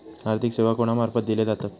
आर्थिक सेवा कोणा मार्फत दिले जातत?